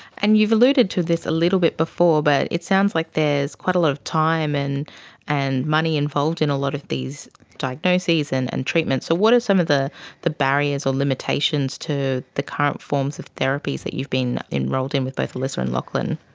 and you've alluded to this a little bit before, but it sounds like there is quite a lot of time and and money involved in a lot of these diagnoses and and treatments. so what are some of the the barriers or limitations to the current forms of therapies that you've been enrolled in with both alyssa and lachlan?